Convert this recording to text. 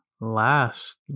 last